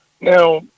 Now